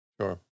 sure